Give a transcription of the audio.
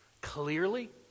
Clearly